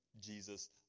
Jesus